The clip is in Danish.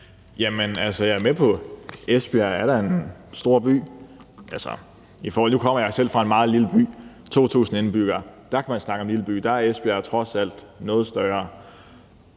Jeg er med på, at Esbjerg da er en stor by. Nu kommer jeg selv fra en meget lille by med 2.000 indbyggere. Der kan man snakke